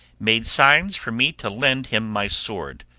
made signs for me to lend him my sword,